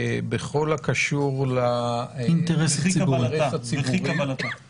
על מה שקשור לאינטרס הציבורי בקבלתה של הראיה?